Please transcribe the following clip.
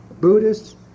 Buddhists